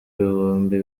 ibihumbi